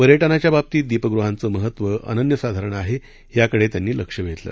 पर्यंटनाच्या बाबतीत दीपगृहांचं महत्त्व अनन्यसाधारण आहे याकडे त्यांनी लक्ष वेधलं